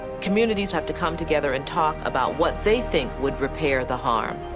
communities have to come together and talk about what they think would repair the harm.